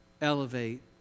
elevate